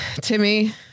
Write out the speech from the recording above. Timmy